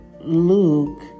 Luke